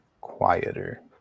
quieter